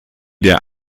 der